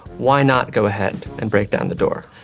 why not go ahead and break down the door?